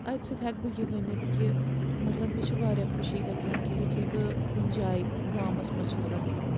اَتہِ سۭتۍ ہٮ۪کہٕ بہٕ یہِ ؤنِتھ کہِ مطلب مےٚ چھِ واریاہ خوشی گژھان کہِ یُتھُے بہٕ کُنہِ جایہِ گامَس منٛز چھَس گژھان